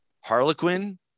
harlequin